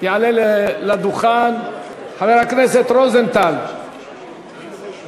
כולם רוצים להגיע לפה, מגיעים, רוצים ללכת, מה זה?